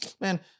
Man